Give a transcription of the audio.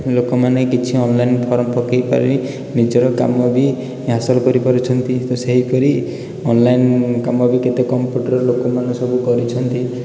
ଲୋକମାନେ କିଛି online form ପକେଇ ପାରି ନିଜର କାମ ବି ହାସଲ କରି ପାରୁଛନ୍ତି ତ ସେହିପରି ଅନଲାଇନ୍ କାମ ବି କେତେ କମ୍ପ୍ୟୁଟର୍ ଲୋକମାନେ ସବୁ କରିଛନ୍ତି